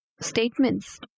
statements